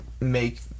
make